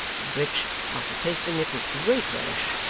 in which, after tasting it with great relish,